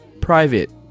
private